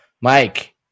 Mike